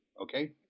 okay